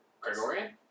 Gregorian